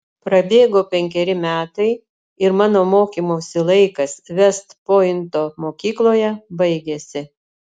prabėgo penkeri metai ir mano mokymosi laikas vest pointo mokykloje baigėsi